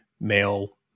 male